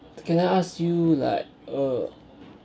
can I ask you like uh